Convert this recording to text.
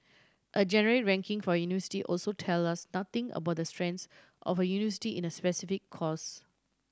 a generic ranking for a university also tell us nothing about the strengths of a university in a specific course